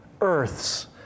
Earths